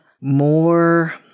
more